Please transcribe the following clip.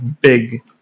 Big